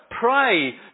pray